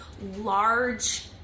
large